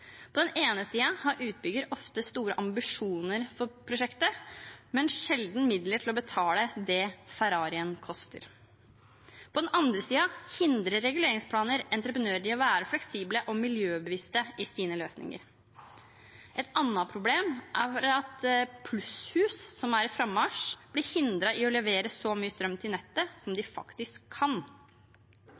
På den ene siden har utbyggeren ofte store ambisjoner for prosjektet, men sjelden midler til å betale det Ferrarien koster. På den andre siden hindrer reguleringsplaner entreprenører i å være fleksible og miljøbevisste i sine løsninger. Et annet problem er at plusshus, som er på frammarsj, blir hindret i å levere så mye strøm til nettet som de faktisk kan.